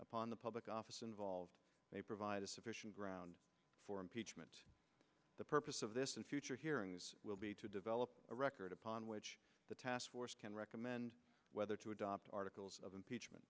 upon the public office involved they provided sufficient grounds for impeachment the purpose of this in future hearings will be to develop a record upon which the task force can recommend whether to adopt articles of impeachment